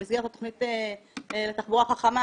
במסגרת התכנית לתחבורה חכמה,